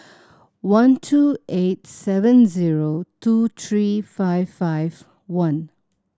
one two eight seven zero two three five five one